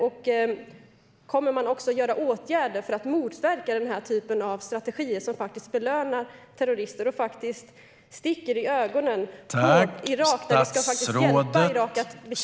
Och kommer man att vidta åtgärder för att motverka den typ av strategier som faktiskt belönar terrorister och sticker i ögonen på Irak?